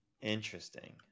Interesting